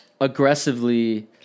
aggressively